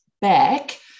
back